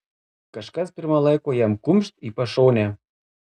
kažkas pirma laiko jam kumšt į pašonę